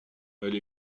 elle